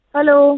Hello